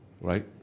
right